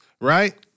right